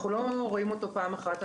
אנחנו לא רואים אותו פעם אחת,